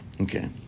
okay